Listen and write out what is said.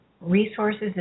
resources